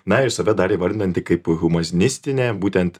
na ir save dar įvardinanti kaip humanistinę būtent